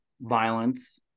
violence